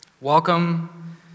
Welcome